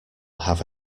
have